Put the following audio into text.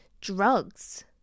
drugs